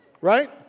right